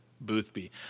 Boothby